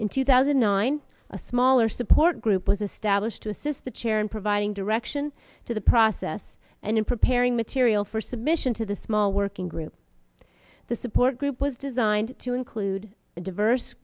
in two thousand and nine smaller support group was established to assist the chair in providing direction to the process and in preparing material for submission to the small working group the support group was designed to include a diverse